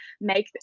make